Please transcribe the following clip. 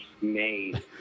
made